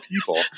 people